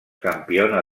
campiona